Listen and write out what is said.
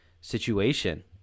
situation